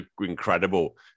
incredible